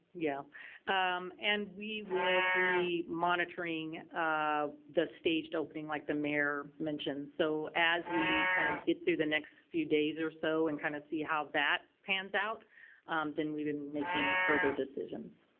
yeah um and we will be monitoring ah the staged opening like the mayor mentioned so as we kind of get through the next few days or so and kind of see how that pans out then we've been making further decisions.